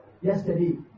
yesterday